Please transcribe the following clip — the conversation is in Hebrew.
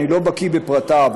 אני לא בקיא בפרטיו,